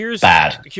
bad